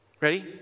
ready